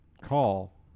call